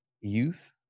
youth